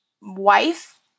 wife